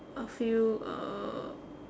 a few uh